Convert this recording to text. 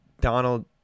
Donald